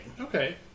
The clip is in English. Okay